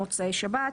950 שקלים חדשים"